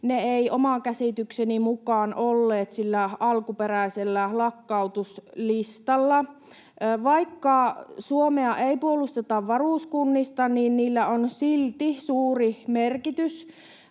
Ne eivät oman käsitykseni mukaan olleet sillä alkuperäisellä lakkautuslistalla. Vaikka Suomea ei puolusteta varuskunnista, niin niillä on silti suuri merkitys.